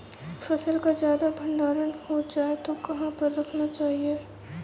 फसल का ज्यादा भंडारण हो जाए तो कहाँ पर रखना चाहिए?